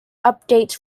update